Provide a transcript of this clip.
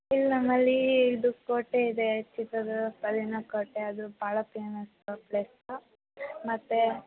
ಇಲ್ಲಿ ನಮ್ಮಲ್ಲಿ ಇದು ಕೋಟೆ ಇದೆ ಚಿತ್ರದುರ್ಗದ ಕಲ್ಲಿನ ಕೋಟೆ ಅದು ಭಾಳ ಪೇಮಸ್ಸು ಪ್ಲೇಸು ಮತ್ತು